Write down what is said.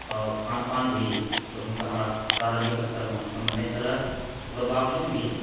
खान पान भी ओहिठुमका हमरा प्रारम्भिक स्तरमे पसन्द नहि छलऽ ओकर बाबजूद भी